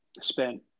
spent